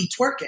twerking